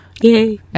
Yay